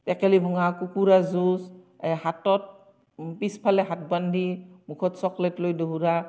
টেকেলি ভঙা কুকুৰাৰ যুঁজ এই হাতত পিছফালে হাত বান্ধি মুখত চকলেট লৈ দৌৰা